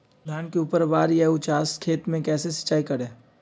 धान के ऊपरवार या उचास खेत मे कैसे सिंचाई करें?